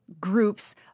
groups